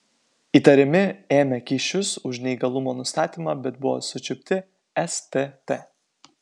įtariami ėmę kyšius už neįgalumo nustatymą bet buvo sučiupti stt